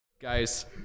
guys